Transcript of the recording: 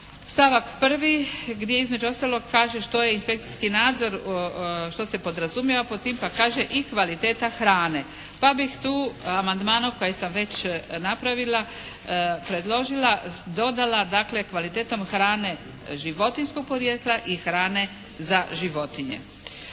stavak prvi gdje između ostalog kaže što je inspekcijski nadzor, što se podrazumijeva pod tim, pa kaže i kvaliteta hrane pa bih tu amandmanom koji sam već napravila predložila, dodala dakle kvalitetom hrane životinjskog podrijetla i hrane za životinje.